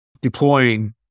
deploying